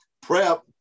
Prep